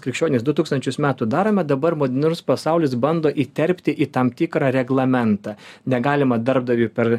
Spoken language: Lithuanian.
krikščionys du tūkstančius metų darome dabar nors pasaulis bando įterpti į tam tikrą reglamentą negalima darbdaviui per